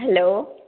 hello